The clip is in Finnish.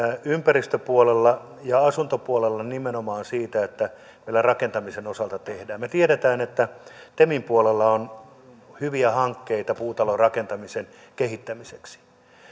ympäristöpuolella ja asuntopuolella nimenomaan siitä ja me rakentamisen osalta tiedämme että temin puolella on hyviä hankkeita puutalorakentamisen kehittämiseksi